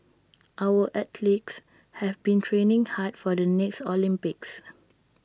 our athletes have been training hard for the next Olympics